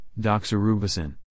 doxorubicin